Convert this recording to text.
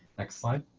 next slide.